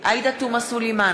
עאידה תומא סלימאן,